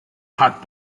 hard